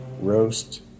roast